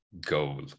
goal